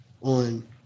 on